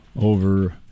over